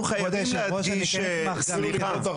אנחנו חייבים להדגיש, סליחה.